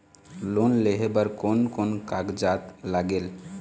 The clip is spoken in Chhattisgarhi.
लोन लेहे बर कोन कोन कागजात लागेल?